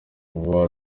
vuba